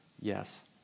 Yes